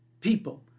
people